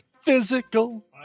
physical